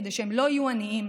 כדי שהם לא יהיו עניים.